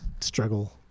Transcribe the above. struggle